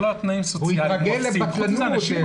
הוא התרגל לבטלנות.